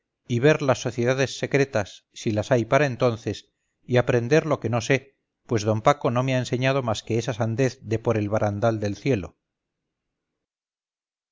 y ver las sociedades secretas si las hay para entonces y aprender lo que no sé pues d paco no me ha enseñado más que esa sandez de por el barandal del cielo